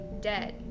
dead